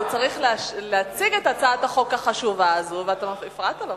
הוא צריך להציג את הצעת החוק החשובה הזאת ואתה הפרעת לו.